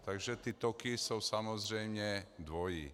Takže ty toky jsou samozřejmě dvojí.